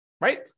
right